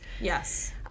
Yes